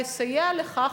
יסייע לכך,